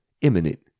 imminent